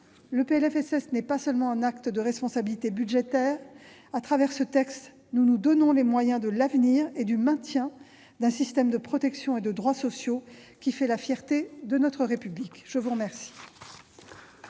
PLFSS n'est pas seulement un acte de responsabilité budgétaire ; avec ce texte, nous nous donnons les moyens de l'avenir et du maintien d'un système de protection et de droits sociaux qui fait la fierté de notre République. La parole